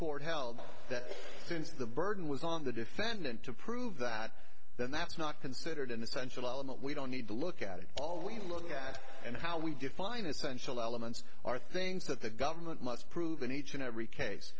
court held that since the burden was on the defendant to prove that then that's not considered an essential element we don't need to look at it all we look at and how we define essential elements are things that the government must prove in each and every case